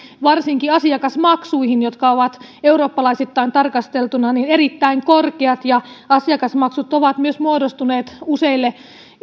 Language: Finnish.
varsinkin asiakasmaksuihin jotka ovat eurooppalaisittain tarkasteltuna erittäin korkeat asiakasmaksut ovat myös muodostuneet useille